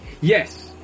Yes